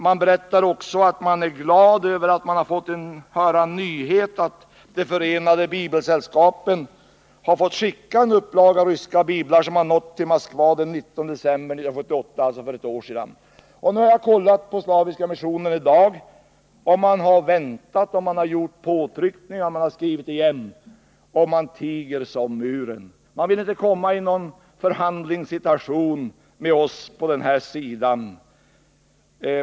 Man berättar också att man är glad över att man fått höra en nyhet att Förenade bibelsällskapen har skickat en upplaga ryska biblar som nådde Moskva den 19 december 1978, dvs. för ett år sedan. Jag har kollat på Slaviska Missionen i dag och fått reda på att de har väntat, gjort påtryckningar, skrivit igen, men rådet tiger som muren. Man vill inte komma i förhandlingssituation med oss på denna sida.